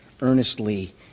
earnestly